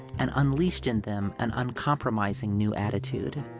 and unleashed in them an uncompromising new attitude.